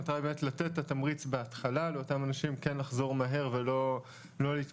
נותר באמת לתת את התמריץ בהתחלה לאותם אנשים כן לחזור מהר ולא להתמהמה,